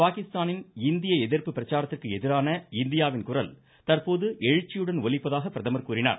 பாகிஸ்தானின் இந்திய எதிர்ப்பு பிரச்சாரத்திற்கு எதிரான இந்தியாவின் குரல் தற்போது எழுச்சியுடன் ஒலிப்பதாக பிரதமர் கூறினார்